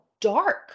dark